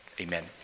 Amen